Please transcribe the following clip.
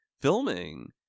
filming